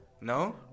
No